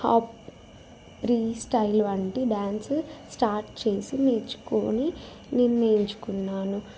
hop freestyle వంటి dance start చేసి నేర్చుకుని నేను నేర్చుకున్నాను